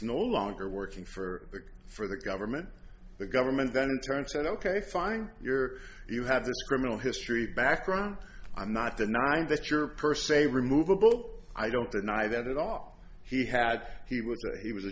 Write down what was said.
no longer working for the for the government the government then in turn said ok fine you're you have the criminal history background i'm not denying that you're per se removable i don't deny that at all he had he was he was a